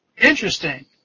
Interesting